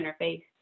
interface